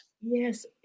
Yes